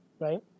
right